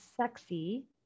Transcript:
sexy